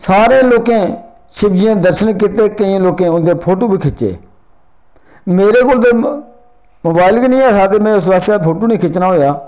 सारें लोके शिवजी दे दर्शन कीते केईं लोकें उन्दे फोटो बी खिच्चे मेरे कोल ते मोबाइल नि गै हा ते में उस बास्तै फोटू नि खिच्चना होएआ